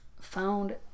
found